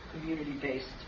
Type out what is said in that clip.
community-based